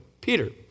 Peter